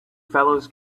fellows